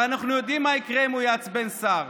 הרי אנחנו יודעים מה יקרה אם הוא יעצבן שר: